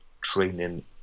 training